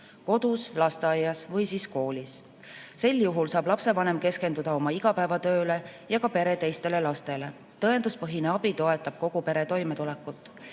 kodus, lasteaias või koolis. Sel juhul saab lapsevanem keskenduda oma igapäevatööle ja ka pere teistele lastele. Tõenduspõhine abi toetab kogu pere toimetulekut.